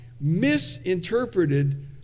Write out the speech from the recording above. misinterpreted